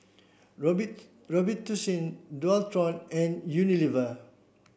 Robitussin Dualtron and Unilever